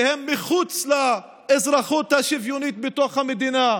שהם מחוץ לאזרחות השוויונית בתוך המדינה,